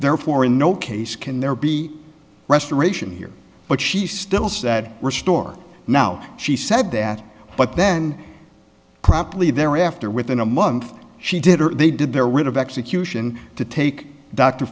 therefore in no case can there be restoration here but she's still sad restore now she said that but then promptly thereafter within a month she did or they did their rid of execution to take d